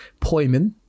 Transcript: poimen